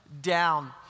down